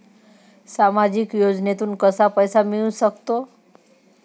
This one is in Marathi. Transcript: सामाजिक योजनेतून कसा पैसा मिळू सकतो?